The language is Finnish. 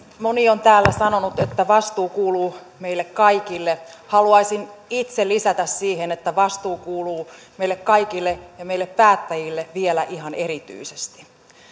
moni on täällä sanonut että vastuu kuuluu meille kaikille haluaisin itse lisätä siihen että vastuu kuuluu meille kaikille ja meille päättäjille vielä ihan erityisesti